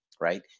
right